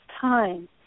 time